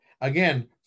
again